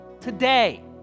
today